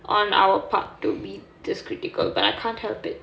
on our part to be this critical but I can't help it